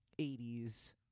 80s